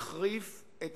ויחריף את